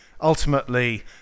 ultimately